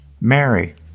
Mary